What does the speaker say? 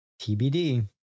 tbd